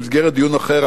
במסגרת דיון אחר,